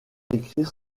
écrire